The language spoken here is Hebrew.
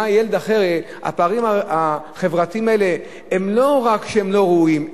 הפערים החברתיים האלה לא רק שהם לא ראויים,